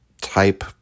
type